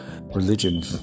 religion